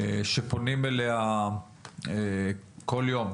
שפונים אליה כל יום,